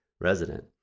resident